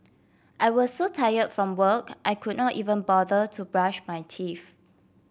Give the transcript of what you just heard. I was so tired from work I could not even bother to brush my teeth